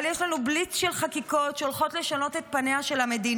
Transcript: אבל יש לנו בליץ של חקיקות שהולכות לשנות את פניה של המדינה.